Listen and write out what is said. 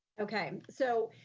okay, so,